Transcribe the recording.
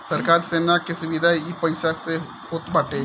सरकार सेना के सुविधा इ पईसा से होत बाटे